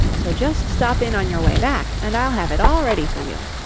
so just stop in on your way back and i'll have it all ready for you.